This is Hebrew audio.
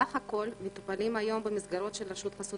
בסך הכול מטופלים היום במסגרות של רשות חסות